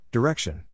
Direction